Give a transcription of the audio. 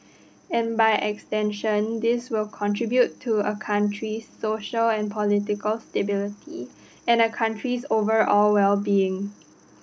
and by extension this will contribute to a country's social and political stability and a country's overall well being